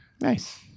Nice